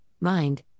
mind